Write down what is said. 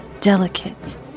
Delicate